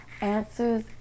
answers